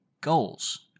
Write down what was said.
goals